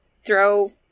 throw